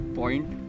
point